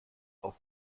auf